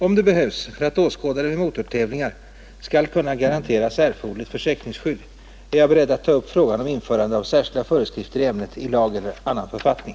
Om det behövs för att åskådare vid motortävlingar skall kunna garanteras erforderligt försäkringsskydd är jag beredd att ta upp frågan om införande av särskilda föreskrifter i ämnet i lag eller annan författning.